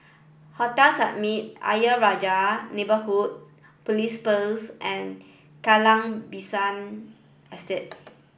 Hotel Summit Ayer Rajah Neighbourhood Police Post and Kallang Basin Estate